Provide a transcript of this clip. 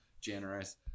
generous